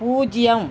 பூஜ்ஜியம்